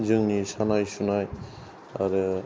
जोंनि सानाय सुनाय आरो